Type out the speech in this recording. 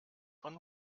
von